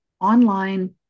online